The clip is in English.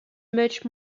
much